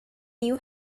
new